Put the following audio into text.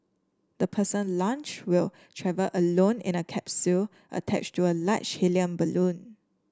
the person launched will travel alone in a capsule attached to a large helium balloon